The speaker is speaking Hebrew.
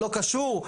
לא קשור,